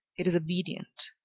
it is obedient.